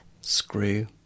Screw